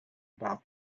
about